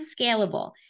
scalable